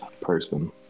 person